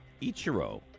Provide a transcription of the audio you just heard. Ichiro